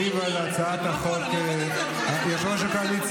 ישיב על הצעת החוק יושב-ראש הקואליציה.